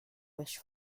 wish